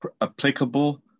Applicable